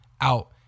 out